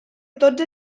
tots